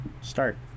Start